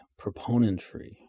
proponentry